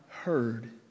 Heard